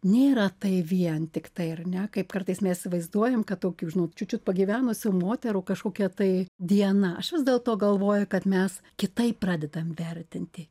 nėra tai vien tiktai ar ne kaip kartais mes įsivaizduojam kad tokių žinot čiut čiut pagyvenusių moterų kažkokia tai diena aš vis dėlto galvoju kad mes kitaip pradedam vertinti